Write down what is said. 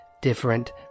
different